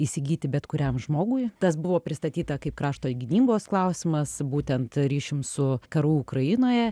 įsigyti bet kuriam žmogui tas buvo pristatyta kaip krašto gynybos klausimas būtent ryšium su karu ukrainoje